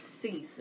season